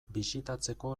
bisitatzeko